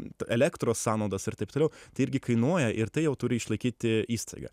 elektros sąnaudos ir taip toliau tai irgi kainuoja ir tai jau turi išlaikyti įstaigą